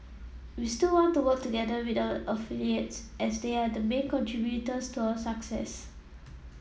we still want to work together with our affiliates as they are the main contributors to our success